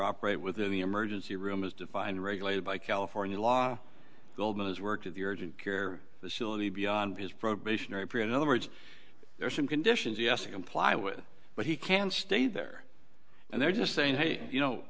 operate within the emergency room as defined regulated by california law goldman has worked at the urgent care facility beyond his probationary period in other words there are some conditions yes to comply with but he can stay there and they're just saying hey you know